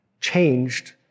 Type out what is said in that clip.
changed